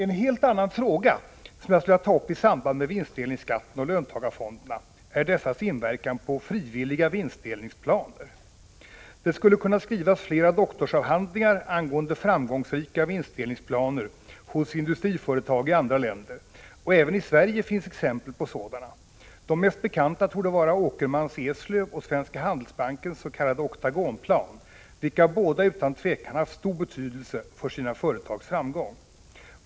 En helt annan fråga som jag skulle vilja ta upp i samband med vinstdelningsskatten och löntagarfonderna är dessa fonders inverkan på frivilliga vinstdelningsplaner. Det skulle kunna skrivas flera doktorsavhandlingar angående framgångsrika vinstdelningsplaner hos framgångsrika industriföretag i andra länder, och även i Sverige finns exempel på sådana. De mest bekanta torde vara Åkermans i Eslöv och Svenska Handelsbankens s.k. oktagonplan, vilka båda utan tvivel haft stor betydelse för sina företags framgång.